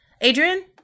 Adrian